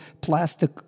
plastic